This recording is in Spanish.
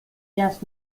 jazz